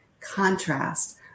contrast